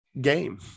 Game